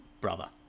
brother